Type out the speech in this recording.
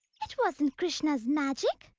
it wasn't krishna's magic,